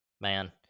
man